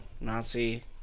Nazi